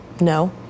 no